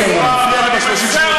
זה בסדר להגיד את זה בססמאות.